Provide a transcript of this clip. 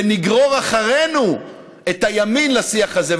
ונגרור אחרינו את הימין לשיח הזה,